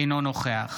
אינו נוכח